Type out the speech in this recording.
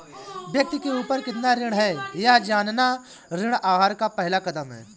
व्यक्ति के ऊपर कितना ऋण है यह जानना ऋण आहार का पहला कदम है